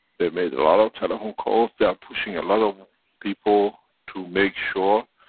they made a lot of telephone calls, they are pushing a lot of people to make sure.